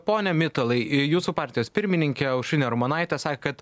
pone mitalai jūsų partijos pirmininkė aušrinė armonaitė sakė kad